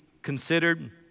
Considered